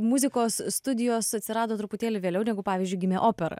muzikos studijos atsirado truputėlį vėliau negu pavyzdžiui gimė opera